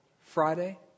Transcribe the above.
Friday